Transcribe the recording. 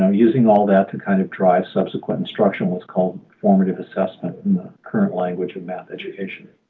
um using all that to kind of drive subsequent instruction, what is called formative assessment in the current language of math education.